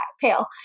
pale